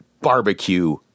barbecue